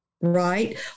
Right